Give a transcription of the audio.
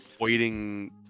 waiting